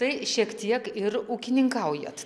tai šiek tiek ir ūkininkaujat